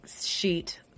sheet